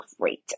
great